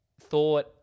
thought